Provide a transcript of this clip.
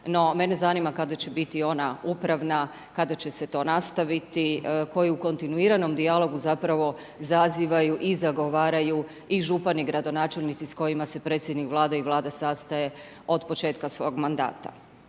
mene zanima, kada će biti ona upravna, kada će se to nastaviti, koji u kontinuiranom dijalogu, zapravo izazivaju i zagovaraju i župani i gradonačelnici, s kojima se predsjednik Vlade i Vlada sastaje od početka svog mandata.